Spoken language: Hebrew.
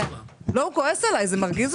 לא, הוא כועס עליי, זה מרגיז אותי.